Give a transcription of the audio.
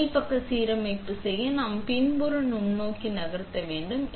எனவே மேல் பக்க சீரமைப்பு செய்ய நாம் பின்புற நுண்ணோக்கி நகர்த்த வேண்டும்